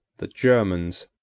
the germans,